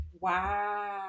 Wow